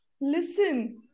Listen